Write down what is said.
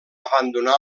abandonar